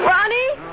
Ronnie